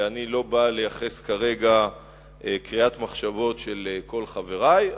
ואני לא בא לייחס כרגע קריאת מחשבות של כל חברי,